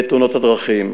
תאונות הדרכים.